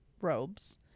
robes